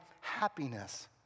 happiness